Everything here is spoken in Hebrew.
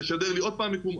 תשדר לי עוד פעם מיקום',